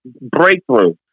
breakthrough